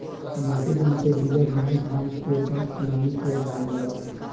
माटी के निचे बिया बिना घाम के बस नमी से जाम जाला